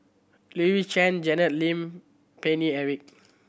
Louis Chen Janet Lim Paine Eric